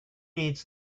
needs